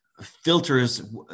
filters